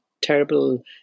terrible